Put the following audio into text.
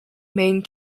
maine